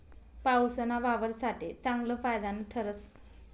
पाऊसना वावर साठे चांगलं फायदानं ठरस